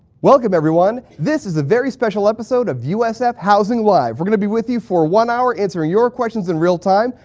welcome everyone. this is a very special episode of usf housing live. we're going to be with you for one hour answering your questions in real time.